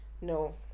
No